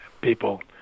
people